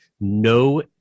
no